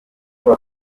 hop